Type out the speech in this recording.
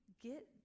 get